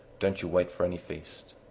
don't you wait for any feast.